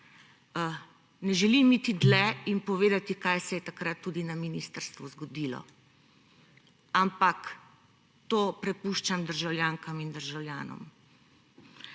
ne želim iti dlje in povedati, kaj se je takrat tudi na ministrstvu zgodilo, ampak to prepuščam državljankam in državljanom.